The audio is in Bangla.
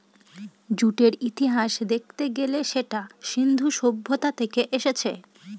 জুটের ইতিহাস দেখতে গেলে সেটা সিন্ধু সভ্যতা থেকে এসেছে